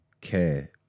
care